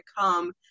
come